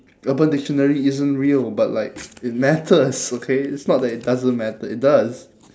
urban dictionary isn't real but like it matters okay it's not that it doesn't matter it does